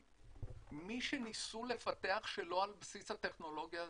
מי שניסו לפתח שלא על בסיס הטכנולוגיה הזאת,